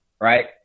right